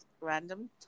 random